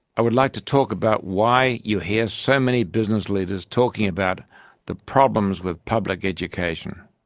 i would like to talk about why you hear so many business leaders talking about the problems with public education.